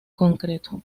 concreto